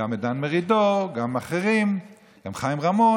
גם את דן מרידור, גם אחרים, גם חיים רמון.